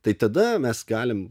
tai tada mes galim